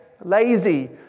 Lazy